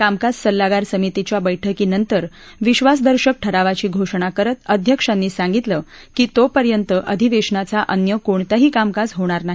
कामकाज सल्लागार समितीच्या बैठकीनंतर विधासदर्शक ठरावाची घोषणा करत अध्यक्षांनी सांगितलं की तोपर्यंत अधिवेशनाचा अन्य कोणतंही कामकाज होणार नाही